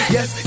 Yes